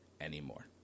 anymore